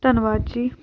ਧੰਨਵਾਦ ਜੀ